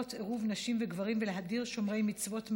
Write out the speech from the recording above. לכפות עירוב נשים וגברים ולהדיר שומרי מצוות מהאירוע,